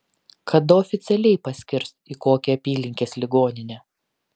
kada oficialiai paskirs į kokią apylinkės ligoninę